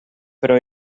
però